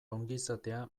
ongizatea